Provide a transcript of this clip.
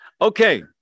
Okay